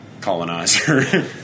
colonizer